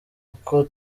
uko